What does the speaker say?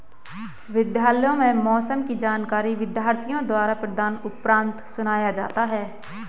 विद्यालयों में मौसम की जानकारी विद्यार्थियों द्वारा प्रार्थना उपरांत सुनाया जाता है